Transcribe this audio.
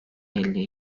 elli